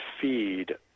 feed